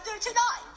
tonight